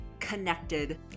connected